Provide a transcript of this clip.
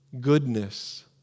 Goodness